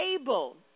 able